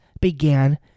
began